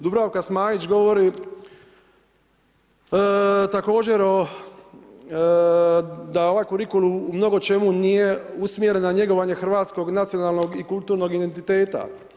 Dubravka Smajić govori također da ovaj kurikulum u mnogo čemu nije usmjeren na njegovanje hrvatskog nacionalnog i kulturnog identiteta.